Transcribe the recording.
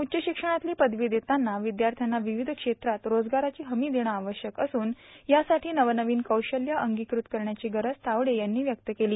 उच्च शिक्षणातली पदवी देताना विद्यार्थ्याना विविध क्षेत्रात रोजगाराची हमी देणं आवश्यक असून यासाठी नवनवीन कौशल्य अंगीकृत करण्याची गरज तावडे यांनी व्यक्त केली